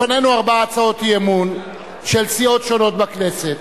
לפנינו ארבע הצעות אי-אמון של סיעות שונות בכנסת,